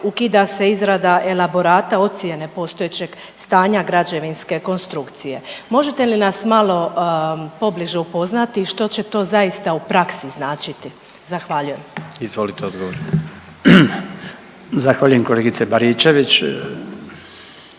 ukida se izrada elaborata ocjene postojećeg stanja građevinske konstrukcije. Možete li nas malo pobliže upoznati što će to zaista u praksi značiti. Zahvaljujem. **Jandroković, Gordan (HDZ)** Izvolite